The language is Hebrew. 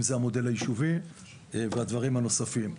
אם זה המודל היישובי והדברים הנוספים.